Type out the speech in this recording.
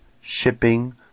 shipping